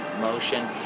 motion